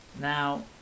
now